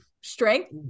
Strength